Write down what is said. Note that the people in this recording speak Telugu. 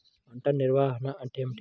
పంట నిర్వాహణ అంటే ఏమిటి?